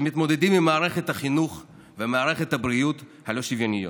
שמתמודדים עם מערכת החינוך ומערכת הבריאות הלא-שוויוניות.